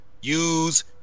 use